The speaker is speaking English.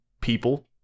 people